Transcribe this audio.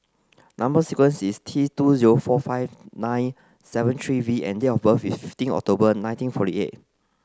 number sequence is T two zero four five nine seven three V and date of birth is fifteen October nineteen forty eight